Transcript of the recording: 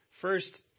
First